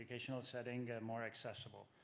educational setting more accessible.